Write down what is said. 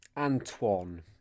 Antoine